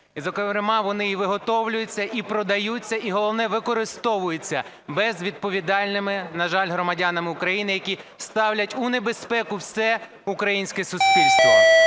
і, зокрема, вони і виготовляються, і продаються, і, головне, використовуються безвідповідальними, на жаль, громадянами України, які ставлять у небезпеку все українське суспільство.